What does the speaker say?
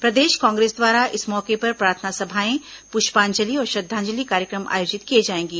प्रदेश कांग्रेस द्वारा इस मौके पर प्रार्थना सभाएं पुष्पांजलि और श्रद्धांजलि कार्यक्रम आयोजित किए जाएंगे